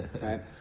Right